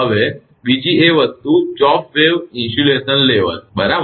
હવે બીજી વસ્તુ એ ચોપડ્ વેવ ઇન્સ્યુલેશન લેવલ છે બરાબર